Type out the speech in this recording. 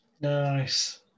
Nice